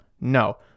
No